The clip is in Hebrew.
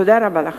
תודה רבה לכם.